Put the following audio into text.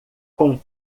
com